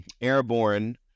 Airborne